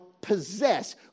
possess